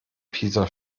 pisa